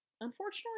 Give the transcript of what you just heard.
Unfortunately